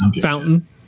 Fountain